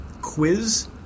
quiz